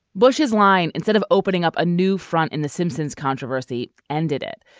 bush's line instead of opening up a new front in the simpsons controversy ended it.